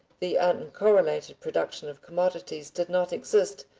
the uncorrelated production of commodities, did not exist,